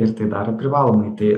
ir tai daro privalomai tai